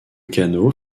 canot